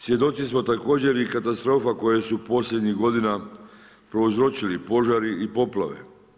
Svjedoci smo također i katastrofa koje su posljednjih godina prouzročili požari i poplave.